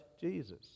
Jesus